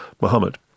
Muhammad